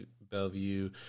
Bellevue